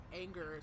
anger